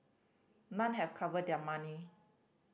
none have recovered their money